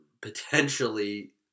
potentially